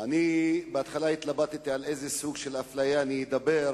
אני בהתחלה התלבטתי על איזה סוג של אפליה אני אדבר,